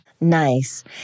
Nice